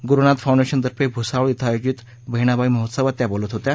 Gurunath foundation तर्फे भ्रसावळ श्रें आयोजित बहिणाई महोत्सवात त्या बोलत होत्या